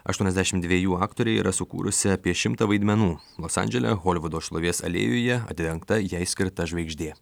aštuoniasdešimt dviejų aktorė yra sukūrusi apie šimtą vaidmenų los andžele holivudo šlovės alėjoje atidengta jai skirta žvaigždė